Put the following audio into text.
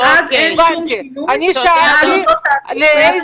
מאז אין שום שינוי מאז אותו תאריך.